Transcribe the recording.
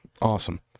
Awesome